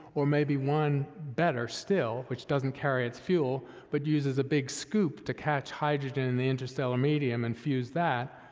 or maybe one better still, which doesn't carry its fuel but uses a big scoop to catch hydrogen in the interstellar medium and fuse that,